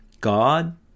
God